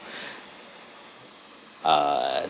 uh